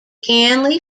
ganley